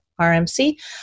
RMC